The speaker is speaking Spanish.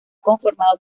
conformado